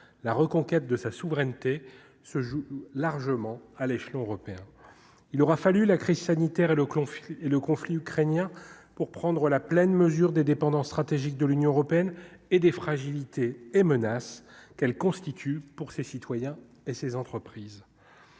la reconquête de sa souveraineté se joue largement à l'échelon européen, il aura fallu la crise sanitaire et le conflit et le conflit ukrainien pour prendre la pleine mesure des dépendances stratégiques de l'Union européenne et des fragilités et menace qu'elle constitue pour ses citoyens et ses entreprises